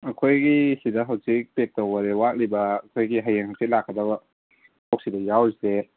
ꯑꯩꯈꯣꯏꯒꯤ ꯁꯤꯗ ꯍꯧꯖꯤꯛ ꯄꯦꯛ ꯇꯧꯕꯗ ꯋꯥꯠꯂꯤꯕ ꯑꯩꯈꯣꯏꯒꯤ ꯍꯌꯦꯡ ꯍꯥꯡꯁꯤꯠ ꯂꯥꯛꯀꯗꯕ ꯄꯣꯠꯁꯤꯗ ꯌꯥꯎꯔꯤꯁꯦ